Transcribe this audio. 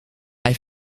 hij